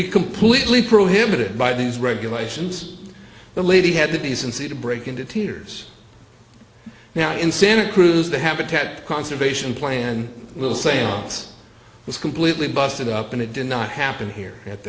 be completely prohibited by these regulations the lady had the decency to break into tears now in santa cruz the habitat conservation plan will say it was completely busted up and it did not happen here at